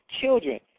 children